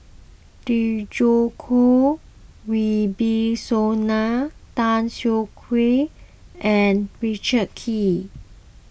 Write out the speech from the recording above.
Djoko Wibisono Tan Siah Kwee and Richard Kee